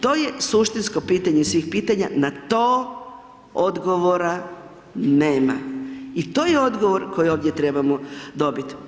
To je suštinsko pitanje svih pitanja, na to odgovora nema i to je odgovor koji ovdje trebamo dobiti.